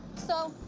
so,